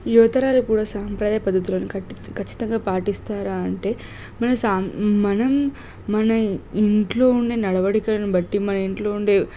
యువతరాలు ఇప్పుడు సాంప్రదాయ పద్ధతులును కట్ ఖచ్చితంగా పాటిస్తారా అంటే మన సాం మనం మన ఇంట్లో ఉండే నడవడికను బట్టి మన ఇంట్లో ఉండే